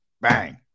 Bang